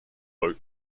folk